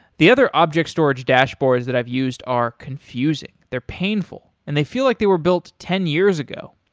the other object storage dashboards that i've used are confusing, they're painful, and they feel like they were built ten years ago.